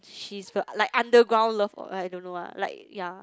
she's the like underground love or I don't know ah like ya